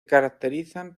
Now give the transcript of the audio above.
caracterizan